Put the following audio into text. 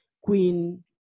Queen